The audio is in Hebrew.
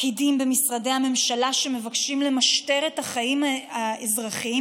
פקידים במשרדי הממשלה שמבקשים למשטר את החיים האזרחיים